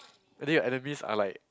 and then your enemies are like